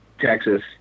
Texas